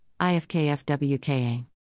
IFKFWKA